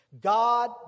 God